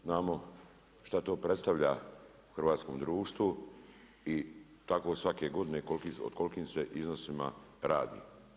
Znamo šta to predstavlja hrvatskom društvu i tako svake godine o kolikim se iznosima radi.